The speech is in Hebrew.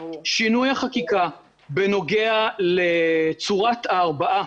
שינוי החקיקה בנוגע לצורת ההרבעה,